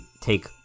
take